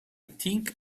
think